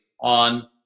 on